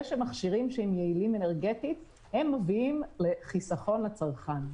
שמכשירים שהם יעילים אנרגטית הם מביאים לחיסכון לצרכן.